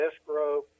escrow